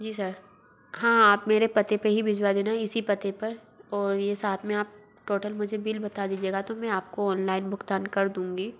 जी sir हाँ आप मेरे पते पर ही भिजवा देना इसी पते पर और ये साथ में आप टोटल मुझे बिल बता दीजिएगा तो में आप को ओनलाइन भुग्तान कर दूँगी